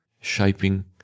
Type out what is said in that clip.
shaping